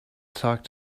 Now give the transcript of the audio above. talk